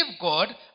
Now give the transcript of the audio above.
God